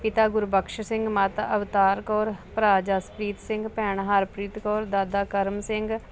ਪਿਤਾ ਗੁਰਬਖਸ਼ ਸਿੰਘ ਮਾਤਾ ਅਵਤਾਰ ਕੌਰ ਭਰਾ ਜਸਪ੍ਰੀਤ ਸਿੰਘ ਭੈਣ ਹਰਪ੍ਰੀਤ ਕੌਰ ਦਾਦਾ ਕਰਮ ਸਿੰਘ